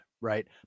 right